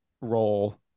role